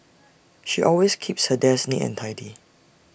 she always keeps her desk neat and tidy